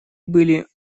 были